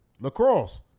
Lacrosse